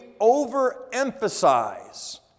overemphasize